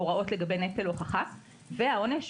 הוראות